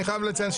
אני חייב לציין,